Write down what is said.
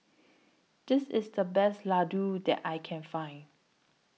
This IS The Best Ladoo that I Can Find